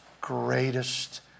greatest